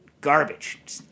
garbage